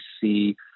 see